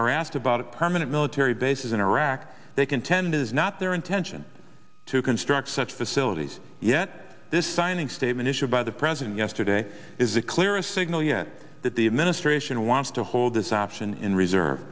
asked about permanent military bases in iraq they contend it is not their intention to construct such facilities yet this signing statement issued by the president yesterday is the clearest signal yet that the administration wants to hold this option in reserve